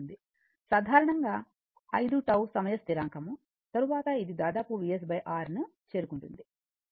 సాధారణంగా 5 τ సమయ స్థిరాంకం తరువాత ఇది దాదాపు Vs R ను చేరుకుంటుంది